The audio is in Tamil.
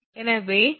எனவே W kgm